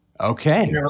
Okay